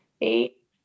eight